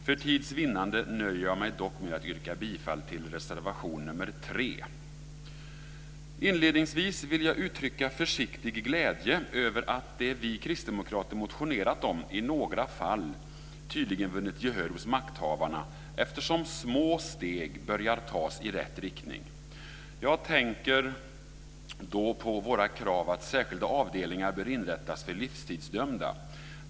För tids vinnande nöjer jag mig dock med att yrka bifall till reservation nr 3. Inledningsvis vill jag uttrycka försiktig glädje över att det vi kristdemokrater motionerat om i några fall tydligen vunnit gehör hos makthavarna eftersom små steg börjar tas i rätt riktning. Jag tänker då på våra krav att särskilda avdelningar bör inrättas för livstidsdömda.